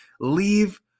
leave